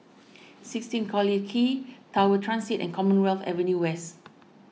sixteen Collyer Quay Tower Transit and Commonwealth Avenue West